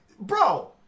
Bro